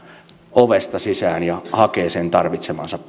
ovesta sisään ja hakee sen tarvitsemansa